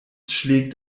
schlägt